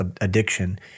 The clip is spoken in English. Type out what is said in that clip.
addiction